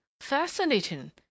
fascinating